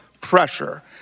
pressure